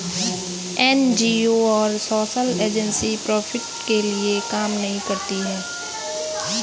NGO और social agency profit के लिए काम नहीं करती है